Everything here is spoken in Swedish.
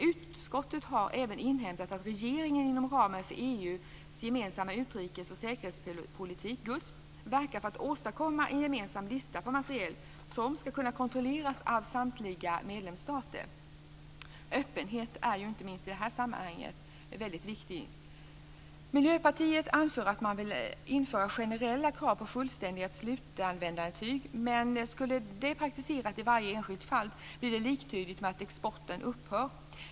Utskottet har även inhämtat att regeringen inom ramen för EU:s gemensamma utrikes och säkerhetspolitik GUSP verkar för att åstadkomma en gemensam lista på material som ska kunna kontrolleras av samtliga medlemsstater. Öppenhet är ju inte minst i det här sammanhanget väldigt viktigt. Miljöpartiet anför att man vill införa generella krav på fullständiga slutanvändarintyg. Skulle det praktiseras i varje enskilt fall blir det liktydigt med att exporten upphör.